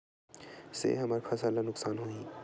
से हमर फसल ला नुकसान होही?